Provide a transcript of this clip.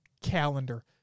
calendar